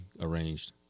arranged